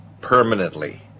permanently